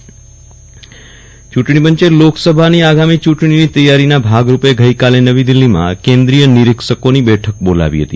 રાણા યુંટણી પંચ બેઠક ચૂંટણી પંચે લોકસભાની આગામી ચૂંટણીની તૈયારીના ભાગ રૂપે ગઈકાલે નવી દિલ્હીમાં કેન્દ્રીય નીરિક્ષકોની બેઠક બોલાવી હતી